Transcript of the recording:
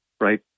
right